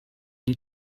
need